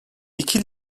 i̇ki